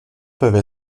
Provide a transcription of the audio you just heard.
peuvent